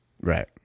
Right